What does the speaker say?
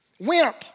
Wimp